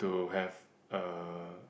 to have a